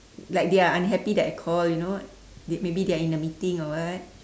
like they are unhappy that I call you know they maybe they are in a meeting or what